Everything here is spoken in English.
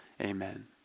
amen